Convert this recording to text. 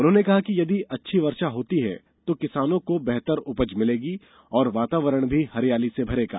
उन्होंने कहा कि यदि अच्छी वर्षा होती है तो किसानों को बेहतर उपज भिलेगी और वातावरण भी हरियाली से भरेगा